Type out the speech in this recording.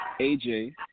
AJ